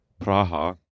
Praha